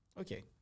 Okay